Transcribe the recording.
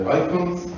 icons